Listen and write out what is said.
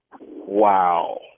Wow